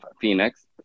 Phoenix